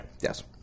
yes